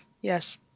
Yes